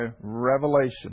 revelation